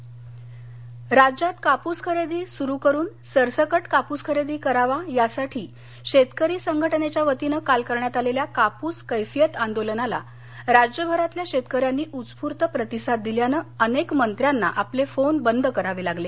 कापस राज्यात कापुस खरेदी सुरु करुन सरसकट कापुस खरेदी करावा यासाठी शेतकरी संघटनेच्यावतीनं काल करण्यात आलेल्या कापुस कैफियत आंदोलनाला राज्यभरातल्या शेतकऱ्यांनी उत्स्फूर्त प्रतिसाद दिल्यानं अनेक मंत्र्यांना आपले फोन बंद करावे लागले